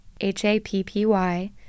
H-A-P-P-Y